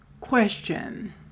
question